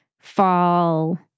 fall